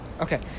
Okay